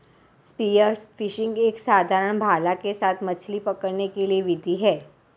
spear fishing एक साधारण भाला के साथ मछली पकड़ने की एक विधि है